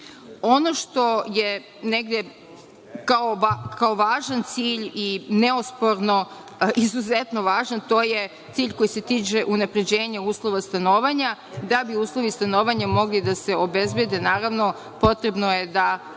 Ono što je negde, kao važan cilj i neosporno izuzetno važan, to je cilj koji se tiče unapređenja uslova stanovanja, da bi uslovi stanovanja mogli da se obezbede, naravno, potrebno je da